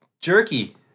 jerky